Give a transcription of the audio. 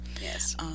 Yes